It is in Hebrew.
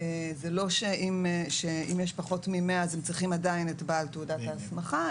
זה לא שאם יש פחות מ-100 הם צריכים עדיין את בעל תעודת ההסמכה,